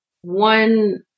one